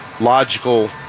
logical